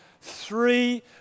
three